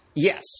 Yes